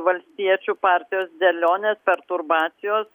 valstiečių partijos dėlionės perturbacijos